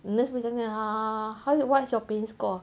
nurse macam tanya uh how is what is your pain score